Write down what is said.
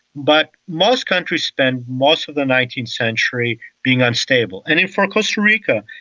but most countries spend most of the nineteenth century being unstable. and and for costa rica,